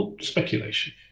Speculation